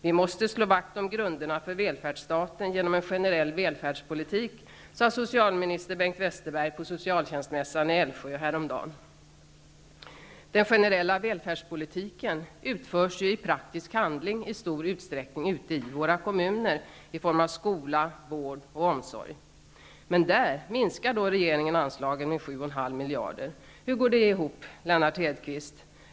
Vi måste slå vakt om grunderna för välfärdsstaten genom en generell välfärdspolitik, sade socialminister Bengt Westerberg på Den generella välfärdspolitiken utförs ju i praktisk handling i stor utsträckning ute i våra kommuner i form av skola, vård och omsorg. Men där minskar regeringen anslagen med 7,5 miljarder kronor. Hur går det ihop, Lennart Hedquist?